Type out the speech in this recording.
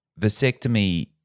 vasectomy